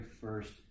first